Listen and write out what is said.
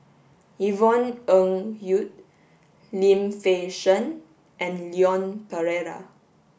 Yvonne Ng Uhde Lim Fei Shen and Leon Perera